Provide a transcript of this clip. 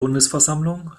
bundesversammlung